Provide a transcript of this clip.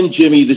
Jimmy